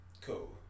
Cool